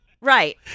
Right